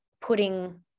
putting